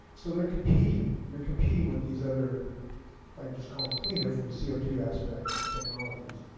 so they are competing you are competing with these other if i can just call them cleaner from a c o two aspect technologies.